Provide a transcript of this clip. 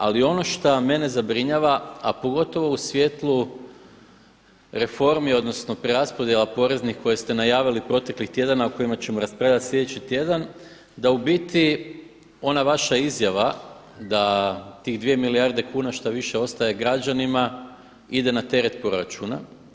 Ali ono šta mene zabrinjava a pogotovo u svjetlu reformi odnosno preraspodjela poreznih koje ste najavili proteklih tjedana o kojima ćemo raspravljati sljedeći tjedan da u biti ona vaša izjava da tih 2 milijarde kuna što više ostaje građanima ide na teret proračuna.